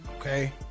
okay